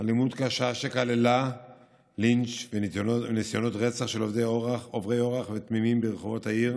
קשה שכללה לינץ' וניסיונות רצח של עוברי אורח תמימים ברחובות העיר